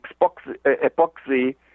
epoxy